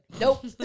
Nope